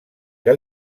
que